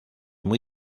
muy